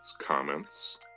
comments